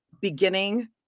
beginning